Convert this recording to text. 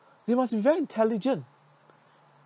they must be very intelligent